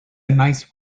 nice